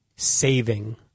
saving